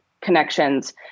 Connections